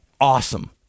Awesome